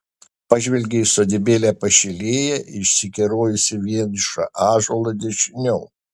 pažvelgė į sodybėlę pašilėje į išsikerojusį vienišą ąžuolą dešiniau